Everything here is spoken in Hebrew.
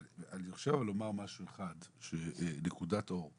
אבל אני רוצה לומר משהו אחד שהוא נקודת אור,